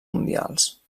mundials